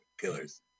killers